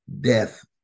death